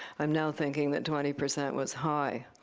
i'm now thinking that twenty percent was high.